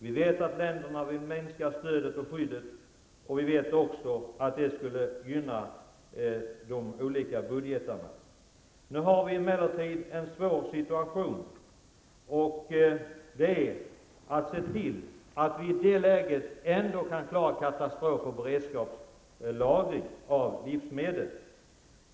Vi vet att man i olika länder vill minska stödet och skyddet, och vi vet också att det skulle gynna de olika budgeterna. Nu har vi emellertid en svår situation. Vi måste ändå i det läget se till att klara katastrof och beredskapslagringen av livsmedel.